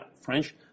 French